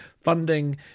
funding